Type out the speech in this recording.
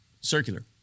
Circular